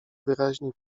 wyraźnie